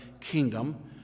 kingdom